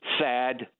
Sad